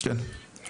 רק לידיעה.